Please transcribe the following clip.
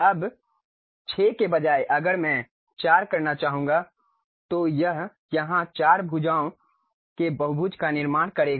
अब 6 के बजाय अगर मैं 4 करना चाहूंगा तो यह यहां 4 भुजाओं के बहुभुज का निर्माण करेगा